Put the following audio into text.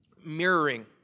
mirroring